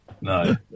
no